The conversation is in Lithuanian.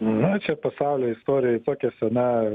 na čia pasaulio istorijoj tokia sena